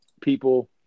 people